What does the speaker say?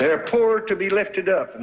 and are poor to be lifted up, and